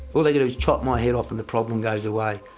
all they do is chop my head off and the problem goes away.